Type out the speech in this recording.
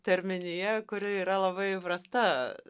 terminija kuri yra labai įprasta